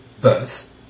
birth